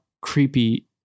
creepy